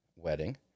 Wedding